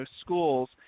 schools